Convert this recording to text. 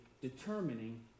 determining